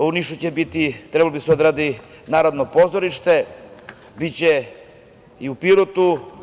U Nišu će biti, trebalo bi da se odradi Narodno pozorište, biće i u Pirotu.